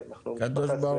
איזה יופי.